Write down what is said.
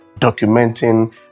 documenting